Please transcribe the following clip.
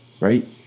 Right